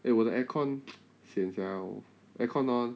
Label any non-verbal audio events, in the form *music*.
eh 我的 aircon *noise* sian sia 我的 aircon orh